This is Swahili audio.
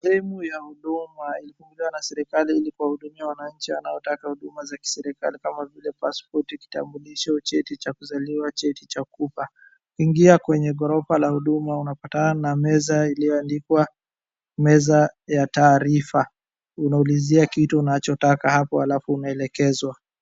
Sehemu ya huduma ilizinduliwa na serikali ili kuwahudumia wananchi wanaotaka huduma za serikali kama vile pasipoti, kitambulisho, cheti cha kuzaliwa, cheti cha kufa. Ingia kwenye ghorofa la huduma unapatana na meza ilioandikwa meza ya taarifa. Unaulizia kitu unachotaka hapa alafu unaelekezwa.